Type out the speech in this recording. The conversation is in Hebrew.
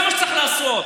זה מה שצריך לעשות.